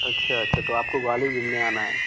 अच्छा अच्छा तो आपको ग्वालियर घूमने आना है